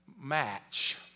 match